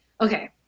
Okay